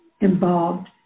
involved